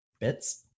Bits